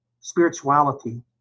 spirituality